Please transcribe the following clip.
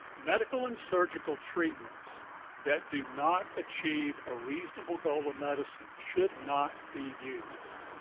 medical and surgical treatments that do not achieve a reasonable goal of medicine should not be used.